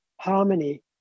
harmony